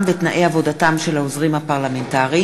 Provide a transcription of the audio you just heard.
הכנסת בנושא: שכרם ותנאי עבודתם של העוזרים הפרלמנטריים.